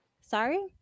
Sorry